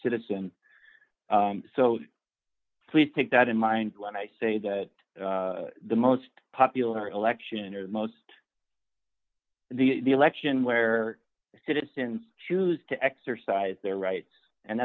citizen so please take that in mind when i say that the most popular election or the most the election where citizens choose to exercise their rights and